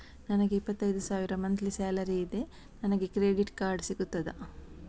ನನಗೆ ಇಪ್ಪತ್ತೈದು ಸಾವಿರ ಮಂತ್ಲಿ ಸಾಲರಿ ಇದೆ, ನನಗೆ ಕ್ರೆಡಿಟ್ ಕಾರ್ಡ್ ಸಿಗುತ್ತದಾ?